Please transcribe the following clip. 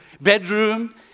bedroom